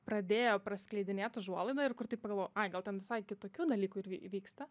pradėjo praskleidinėt užuolaidą ir kur tik pagalvojau ai gal ten visai kitokių dalykų ir vy vyksta